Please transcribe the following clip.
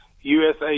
USA